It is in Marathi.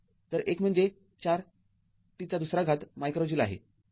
तर १ म्हणजे ४t२ मायक्रो ज्यूल आहे